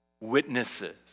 Witnesses